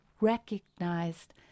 recognized